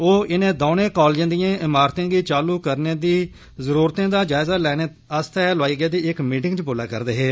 ओह् इनें दौनें कॉलजें दिएं इमारतें गी चालू करने दिए जरूरते दा जायजा लैने आस्तै लोआई गेदी इक मीटिंग च बोला'रदे हे